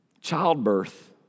Childbirth